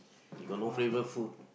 you got no flavour food